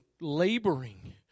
laboring